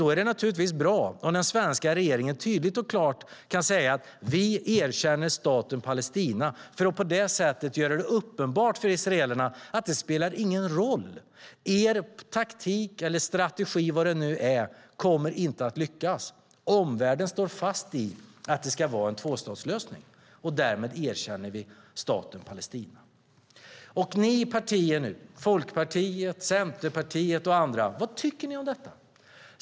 Då är det naturligtvis bra om den svenska regeringen tydligt och klart kan säga att vi erkänner staten Palestina för att på det sättet göra det uppenbart för israelerna att deras taktik eller strategi inte kommer att lyckas, att omvärlden står fast vid att det ska vara en tvåstatslösning och att vi därmed erkänner staten Palestina. Ni partier nu, Folkpartiet, Centerpartiet och andra, vad tycker ni om detta?